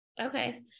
Okay